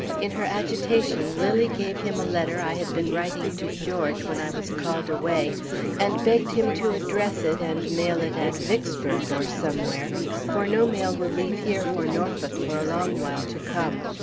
in her agitation, lilly gave him a letter i had been writing to george when i was called away and begged him to address it and mail it at vicksburg, or somewhere for no mail will leave here for norfolk for a long while to come.